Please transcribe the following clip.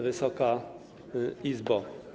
Wysoka Izbo!